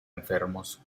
enfermos